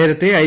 നേരത്തെ ഐ